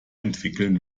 entwickeln